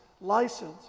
license